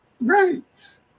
right